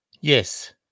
Yes